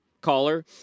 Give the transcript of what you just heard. caller